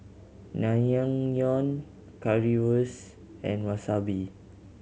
Naengmyeon Currywurst and Wasabi